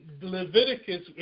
Leviticus